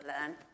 learn